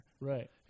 right